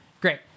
Great